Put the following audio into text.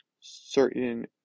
certain